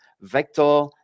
vector